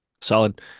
Solid